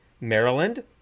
Maryland